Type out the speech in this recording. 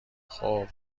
خوب